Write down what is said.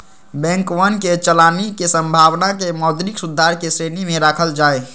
बैंकवन के चलानी के संभावना के मौद्रिक सुधार के श्रेणी में रखल जाहई